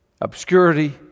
obscurity